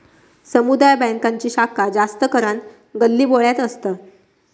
समुदाय बॅन्कांची शाखा जास्त करान गल्लीबोळ्यात असता